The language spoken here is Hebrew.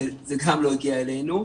זה גם לא הגיע אלינו.